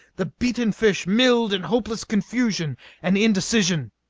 the beaten fish milled in hopeless confusion and indecision.